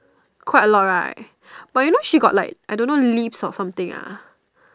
quite a lot right but you know she got like I don't know lisp or something ah